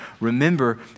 remember